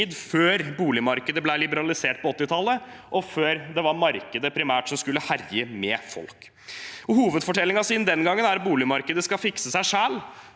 før boligmarkedet ble liberalisert på 1980-tallet, og før det primært var markedet som skulle herje med folk. Hovedfortellingen siden den gang er at boligmarkedet skal fikse seg selv.